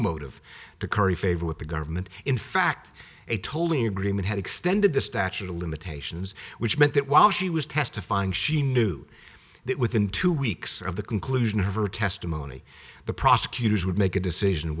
motive to curry favor with the government in fact a totally agreement had extended the statute of limitations which meant that while she was testifying she knew that within two weeks of the conclusion of her testimony the prosecutors would make a decision